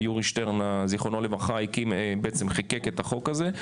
כשיורי שטרן זכרונו לברכה חיקק את החוק הזה,